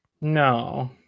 No